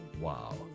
Wow